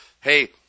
Hey